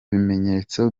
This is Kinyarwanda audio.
bimenyetso